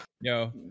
Yo